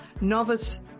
novice